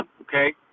Okay